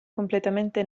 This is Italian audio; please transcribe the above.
completamente